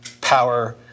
power